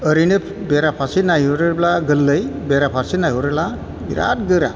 औरैनो बेराफारसे नायहरोब्ला गोरलै बेराफारसे नायहरोब्ला बिराद गोरा